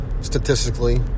statistically